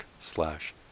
slash